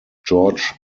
george